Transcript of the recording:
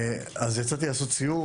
אז יצאתי לעשות סיור.